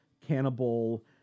Cannibal